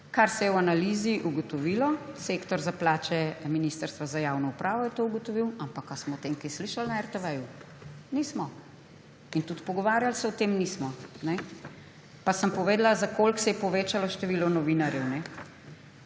kar se je v analizi ugotovilo, sektor za plače ministrstva za javno upravo je to ugotovil. Ali smo o tem kaj slišali na RTV? Nismo. In tudi pogovarjali se o tem nismo. Pa sem povedala, za koliko se je povečalo število novinarjev.